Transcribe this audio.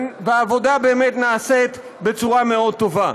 והעבודה באמת נעשית בצורה מאוד טובה.